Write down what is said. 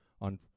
on